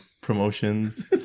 promotions